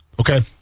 okay